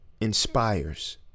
inspires